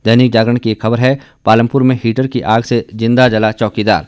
दैनिक जागरण की एक खबर है पालमपुर में हीटर की आग से जिंदा जला चौकीदार